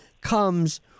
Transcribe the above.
comes